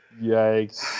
yikes